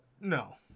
No